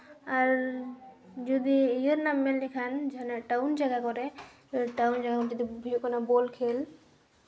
ᱟᱨ ᱡᱩᱫᱤ ᱤᱭᱟᱹ ᱨᱮᱱᱟᱜ ᱮᱢ ᱢᱮᱱ ᱞᱮᱠᱷᱟᱱ ᱡᱟᱦᱟᱱᱟᱜ ᱴᱟᱣᱩᱱ ᱡᱟᱭᱜᱟ ᱠᱚᱨᱮᱜ ᱴᱟᱣᱩᱱ ᱡᱟᱭᱜᱟ ᱡᱩᱫᱤ ᱦᱩᱭᱩᱜ ᱠᱟᱱᱟ ᱵᱚᱞ ᱠᱷᱮᱞ